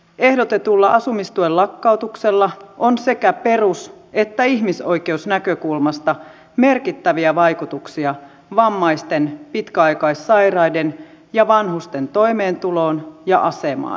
ehdotetulla asumistuen lakkautuksella on sekä perus että ihmisoikeusnäkökulmasta merkittäviä vaikutuksia vammaisten pitkäaikaissairaiden ja vanhusten toimeentuloon ja asemaan